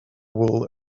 wool